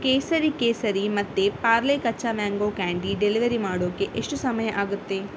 ಕೇಸರಿ ಕೇಸರಿ ಮತ್ತೆ ಪಾರ್ಲೆ ಕಚ್ಚಾ ಮ್ಯಾಂಗೋ ಕ್ಯಾಂಡಿ ಡೆಲಿವರ್ ಮಾಡೋಕೆ ಎಷ್ಟು ಸಮಯ ಆಗುತ್ತೆ